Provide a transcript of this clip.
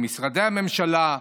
במשרדי הממשלה,